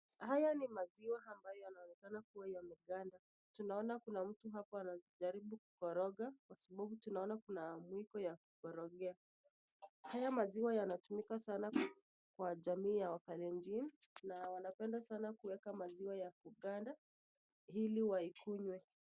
Haya ni maziwa ambayo yana huwezekano kuwa yameganda tunaona kuna mtu hapo anajaribu kukoroga kwa sababau tunaona mwiko ya kukorogea . Haya maziwa yanatumika sana kwa jamii ya Wakalenjin Na wanapenda sana kuweka maziwa ya kuganda ili waikunywe.